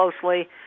closely